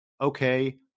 okay